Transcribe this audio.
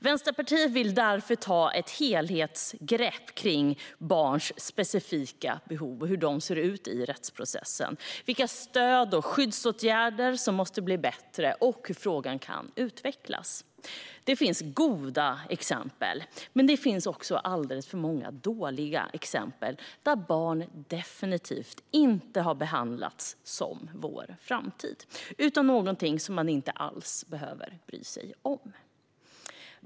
Vänsterpartiet vill därför ta ett helhetsgrepp kring hur barns specifika behov ser ut i rättsprocessen, vilka stöd och skyddsåtgärder som måste bli bättre och hur frågan kan utvecklas. Det finns goda exempel, men det finns också alldeles för många dåliga exempel där barn definitivt inte har behandlats som vår framtid utan som något man inte alls behöver bry sig om.